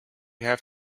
have